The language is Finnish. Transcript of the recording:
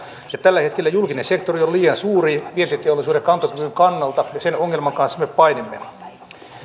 ja tällä hetkellä julkinen sektori on liian suuri vientiteollisuuden kantokyvyn kannalta ja sen ongelman kanssa me painimme